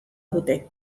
dute